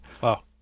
Wow